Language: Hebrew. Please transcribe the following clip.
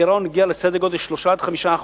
הגירעון הגיע לסדר-גודל של 3% 5%,